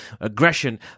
aggression